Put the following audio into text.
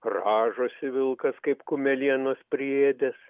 rąžosi vilkas kaip kumelienos priėdęs